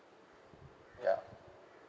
ya